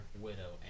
widow